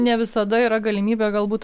ne visada yra galimybė galbūt